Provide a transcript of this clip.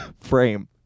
frame